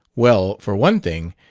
well, for one thing,